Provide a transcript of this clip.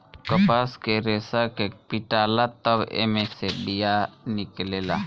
कपास के रेसा के पीटाला तब एमे से बिया निकलेला